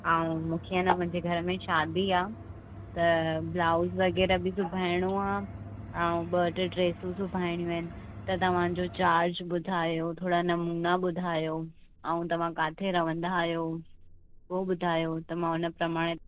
ऐं मूंखे आहे न मुंहिंजे घर में शादी आहे त ब्लाउज वग़ैरह बि सुबाहिणो आहे ऐं ॿ टे ड्रेसियूं सुबाहिणियूं आहिनि त तव्हांंजो चार्ज ॿुधायो थोरा नमूना ॿुधायो ऐं तव्हां किथे रहंदा आहियो उहो ॿुधायो त मां उन प्रमाणे